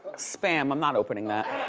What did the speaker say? spam. i'm not opening that.